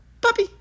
Puppy